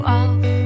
off